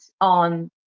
on